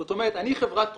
זאת אומרת אני חברת תרופות,